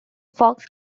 fox